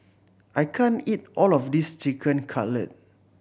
I can't eat all of this Chicken Cutlet